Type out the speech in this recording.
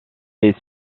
est